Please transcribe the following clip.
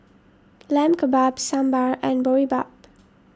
Lamb Kebabs Sambar and Boribap